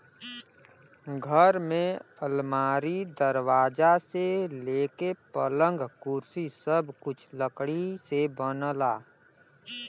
घर में अलमारी, दरवाजा से लेके पलंग, कुर्सी सब कुछ लकड़ी से बनला